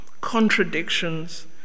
contradictions